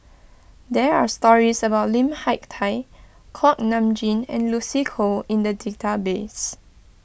there are stories about Lim Hak Tai Kuak Nam Jin and Lucy Koh in the database